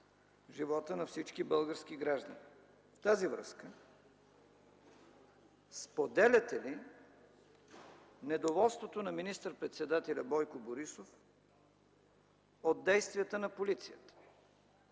живота на всички български граждани. В тази връзка споделяте ли недоволството на министър председателя Бойко Борисов от действията на полицията